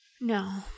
No